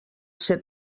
ser